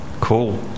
cool